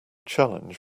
challenge